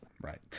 right